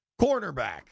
Cornerback